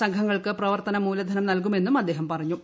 സംഘങ്ങൾക്ക് പ്രവർത്തന മൂലധനം നൽകുമെന്നും അദ്ദേഹം പറഞ്ഞു